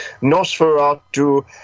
Nosferatu